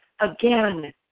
again